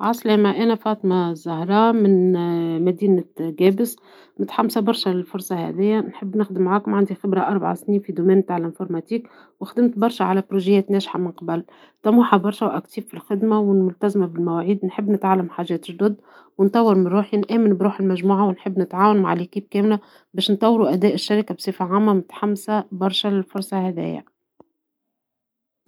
أهلا وسهلا، أنا فرحان برشة بوجودي هنا اليوم. نحب نقول أني متحمس لخوض التجربة الجديدة هاذي. عندي خبرة في مجال الشغل هذا، ونعرف كيفاش نتعامل مع الضغط ونشتغل في فريق. نحب نتعلم ونتطور، ونعرف أني باش نكون إضافة إيجابية للمؤسسة. شكراً على الفرصة، ونتمنى نكون عند حسن الظن.